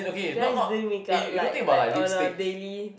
guys doing make-up like like on a daily